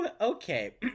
Okay